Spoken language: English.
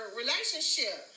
relationship